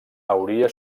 hauria